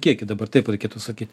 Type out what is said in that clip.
kiekį dabar taip reikėtų sakyt